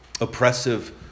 oppressive